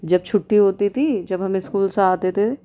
جب چھٹّی ہوتی تھی جب ہم اسکول سے آتے تھے